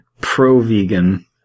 Pro-vegan